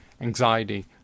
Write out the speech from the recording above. anxiety